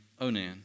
Onan